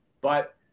But-